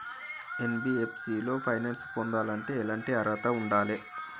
NBFC లో finance పొందాలంటే ఎట్లాంటి అర్హత ఉండాలే?